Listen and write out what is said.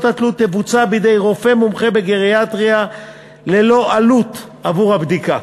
התלות תבוצע בידי רופא מומחה בגריאטריה ללא עלות עבור הבדיקה.